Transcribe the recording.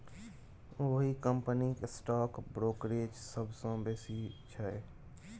ओहि कंपनीक stock brokerage सबसँ बेसी छै